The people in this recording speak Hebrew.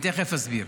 אני תכף אסביר.